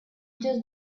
just